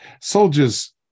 Soldiers